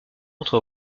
entre